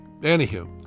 Anywho